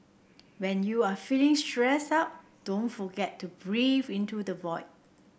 when you are feeling stressed out don't forget to breathe into the void